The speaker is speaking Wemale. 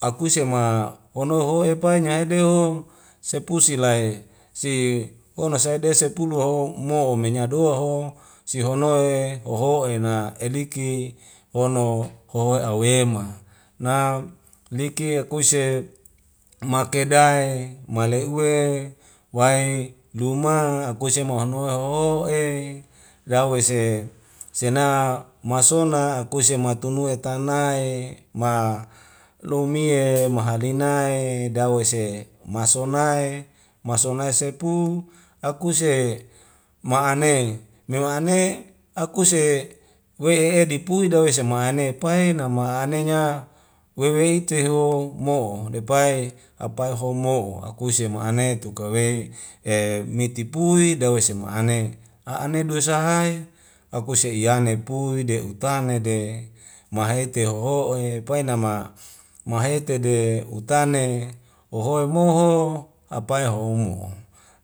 Akuse ma honohoe'e pai nyai hedeho sepu silai si hono sae'desa pulu hoho' mo'o meyadua ho sihonoe hoho'ena eliki hono hohoe awema na liki kuise makedai male uwe wai luma akuse mohan moha ho'e dawese sena masona akuse matunue tanae ma loimie mahalinae dawese masonae masonae sepu akuse ma'ane mema'ane akuse wei e'edipui dawese ma'ane pai nama anenya wei wei ite ho mo'o depai hapae homo'o akuse ma'ane tukawe e mitipui dawese me'ane a'ane duwe sahae akuse iyane pui de'utane de mahete hoho'e painama mahete de utane hohoe moho hapae homo